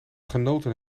genoten